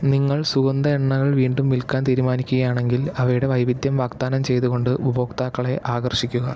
നിങ്ങൾ സുഗന്ധ എണ്ണകൾ വീണ്ടും വിൽക്കാൻ തീരുമാനിക്കുകയാണെങ്കിൽ അവയുടെ വൈവിധ്യം വാഗ്ദാനം ചെയ്തുകൊണ്ട് ഉപഭോക്താക്കളെ ആകർഷിക്കുക